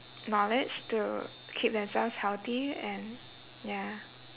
knowledge to keep themselves healthy and ya